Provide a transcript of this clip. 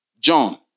John